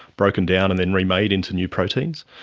broken down and then remade into new proteins,